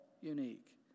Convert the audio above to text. unique